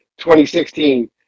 2016